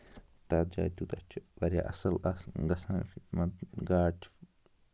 تَتھ جایہِ تیوٗتاہ چھُ واریاہ اَصٕل گژھان مان گاڈ چھِ